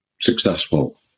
successful